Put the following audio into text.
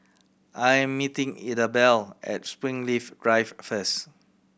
I am meeting Idabelle at Springleaf Drive first